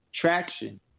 traction